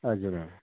हजुर